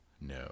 No